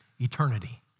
eternity